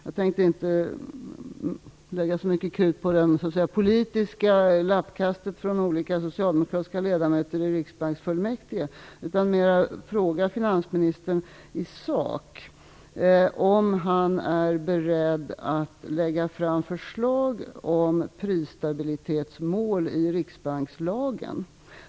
Jag tänkte inte lägga så mycket krut på det politiska lappkastet från olika socialdemokratiska ledamöter i riksbanksfullmäktige, utan mer fråga finansministern i sak om han är beredd att lägga fram förslag om prisstabilitetsmål i riksbankslagen.